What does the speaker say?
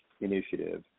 initiative